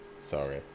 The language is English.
sorry